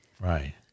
Right